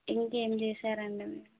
ఇంకా ఏమి చేశారు అండి మీరు